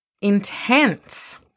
intense